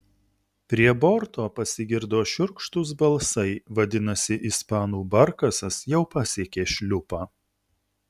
prie borto pasigirdo šiurkštūs balsai vadinasi ispanų barkasas jau pasiekė šliupą